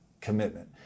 commitment